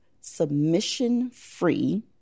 submission-free